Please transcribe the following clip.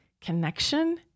Connection